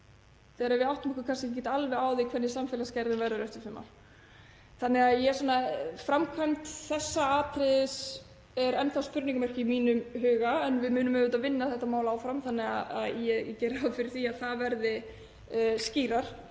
þegar við áttum okkur ekki alveg á því hvernig samfélagsgerðin verður eftir fimm ár. Framkvæmd þessa atriðis er enn þá spurningarmerki í mínum huga en við munum auðvitað vinna þetta mál áfram þannig að ég geri ráð fyrir því að það verði skýrara.